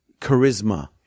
charisma